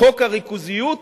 חוק הריכוזיות,